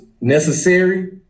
necessary